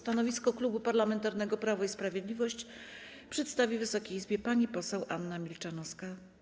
Stanowisko Klubu Parlamentarnego Prawo i Sprawiedliwość przedstawi Wysokiej Izbie pani poseł Anna Milczanowska.